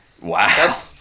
Wow